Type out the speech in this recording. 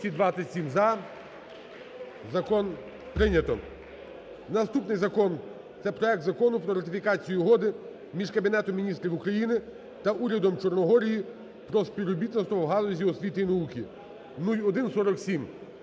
Закон прийнято. Наступний закон – це проект Закону про ратифікацію Угоди між Кабінетом Міністрів України та Урядом Чорногорії про співробітництво в галузі освіти і науки (0147).